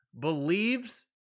believes